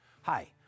Hi